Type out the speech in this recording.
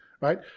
right